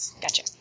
Gotcha